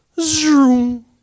zoom